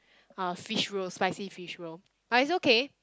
uh fish roll spicy fish roll but it's okay